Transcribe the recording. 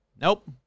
nope